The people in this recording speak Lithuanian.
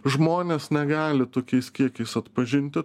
žmonės negali tokiais kiekiais atpažinti